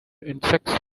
insects